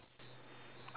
I don't know